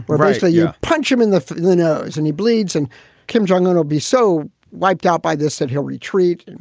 but basically you punch him in the the nose and he bleeds and kim jong un will be so wiped out by this that he'll retreat. and